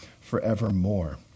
forevermore